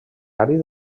àrid